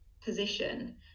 position